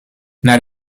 naar